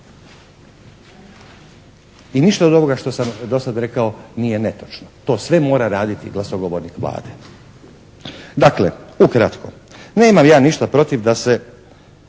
I ništa od ovoga što sam do sad rekao nije netočno. To sve mora raditi glasnogovornik Vlade. Dakle, ukratko. Nemam ja ništa protiv da se